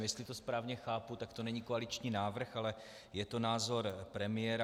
Jestli to správně chápu, tak to není koaliční návrh, ale je to názor premiéra.